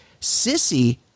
Sissy